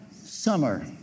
summer